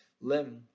limb